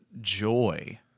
joy